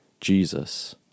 Jesus